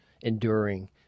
enduring